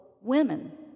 women